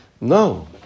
No